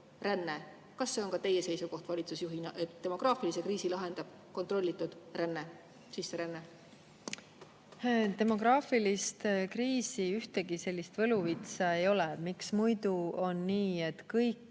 Kas see on ka teie seisukoht valitsusjuhina, et demograafilise kriisi lahendab kontrollitud ränne, sisseränne? Demograafilise kriisi [lahendamiseks] ühtegi sellist võluvitsa ei ole. Miks muidu on nii, et kõik